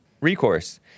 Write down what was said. recourse